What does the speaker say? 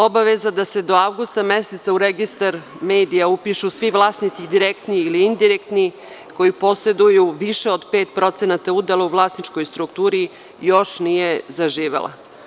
Obaveza da se do avgusta meseca u registar medija upišu svi vlasnici direktni ili indirektni, koji poseduju više od 5% udela u vlasničkoj strukturi još nije zaživelo.